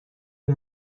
این